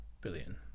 billion